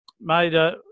made